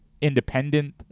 independent